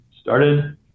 started